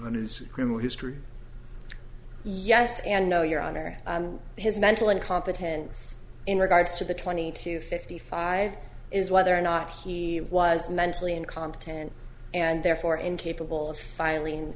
under his criminal history yes and no your honor his mental incompetence in regards to the twenty to fifty five is whether or not he was mentally incompetent and therefore incapable of filing